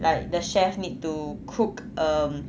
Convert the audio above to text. like the chef need to cook um